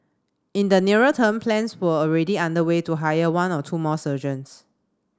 in the nearer term plans were already underway to hire one or two more surgeons